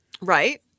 Right